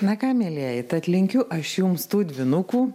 na ką mielieji tad linkiu aš jums tų dvynukų